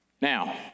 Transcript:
now